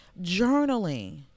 journaling